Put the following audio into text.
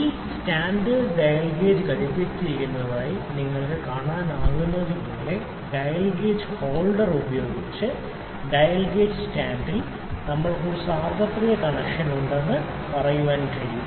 ഈ സ്റ്റാൻഡിലേക്ക് dial gauge ഘടിപ്പിച്ചിരിക്കുന്നതായി നിങ്ങൾക്ക് കാണാനാകുന്നതുപോലെ ഡയൽ ഗേജ് ഹോൾഡർ ഉപയോഗിച്ച് ഡയൽ ഗേജ് സ്റ്റാൻഡിൽ നമ്മൾക്ക് ഒരുതരം സാർവത്രിക കണക്ഷൻ ഉണ്ടെന്ന് പറയാൻ കഴിയും